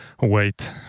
wait